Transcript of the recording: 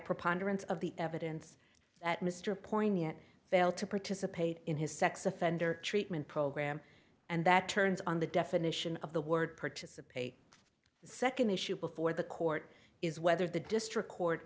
preponderance of the evidence that mr poignant failed to participate in his sex offender treatment program and that turns on the definition of the word participate the second issue before the court is whether the district court